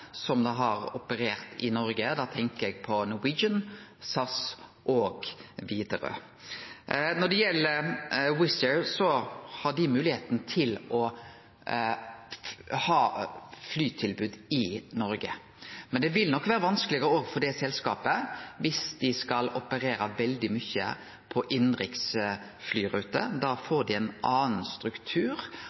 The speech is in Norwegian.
har operert i Noreg. Da tenkjer eg på Norwegian, SAS og Widerøe. Når det gjeld Wizz Air, har dei moglegheit til å ha flytilbod i Noreg, men det vil nok vere vanskelegare òg for det selskapet dersom dei skal operere veldig mykje på innanriks flyruter. Da får dei ein annan struktur,